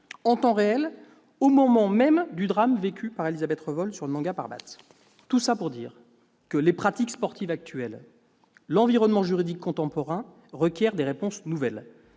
en temps réel, au moment même du drame vécu par Élisabeth Revol sur le Nanga Parbat. Les pratiques sportives actuelles, dans l'environnement juridique contemporain, requièrent des réponses nouvelles.